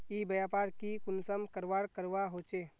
ई व्यापार की कुंसम करवार करवा होचे?